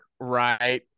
right